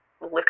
look